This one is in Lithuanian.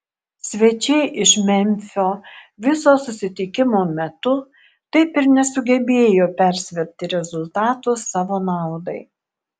svečiai iš memfio viso susitikimo metu taip ir nesugebėjo persverti rezultato savo naudai